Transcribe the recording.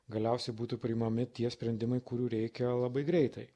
galiausiai būtų priimami tie sprendimai kurių reikia labai greitai